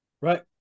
Right